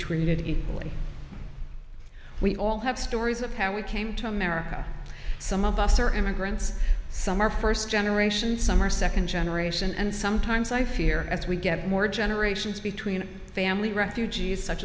treated equally we all have stories of how we came to america some of us are immigrants some are first generation some are second generation and sometimes i fear as we get more generations between family refugees such